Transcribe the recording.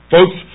Folks